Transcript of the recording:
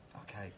Okay